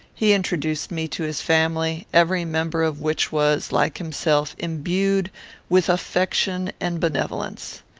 he introduced me to his family, every member of which was, like himself, imbued with affection and benevolence.